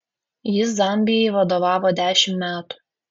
jis zambijai vadovavo dešimt metų